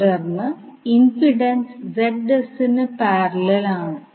തുടർന്ന് impedance Zs ന് parallel ആണ്